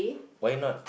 why not